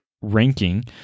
ranking